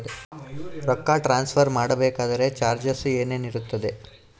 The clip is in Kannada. ರೊಕ್ಕ ಟ್ರಾನ್ಸ್ಫರ್ ಮಾಡಬೇಕೆಂದರೆ ಚಾರ್ಜಸ್ ಏನೇನಿರುತ್ತದೆ?